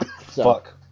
Fuck